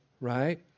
right